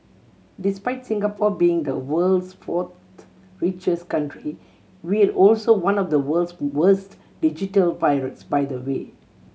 despite Singapore being the world's fourth richest country we're also one of the world's worst digital pirates by the way